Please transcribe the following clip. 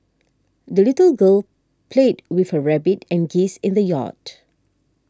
the little girl played with her rabbit and geese in the yard